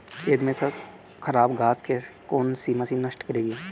खेत में से खराब घास को कौन सी मशीन नष्ट करेगी?